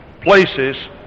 places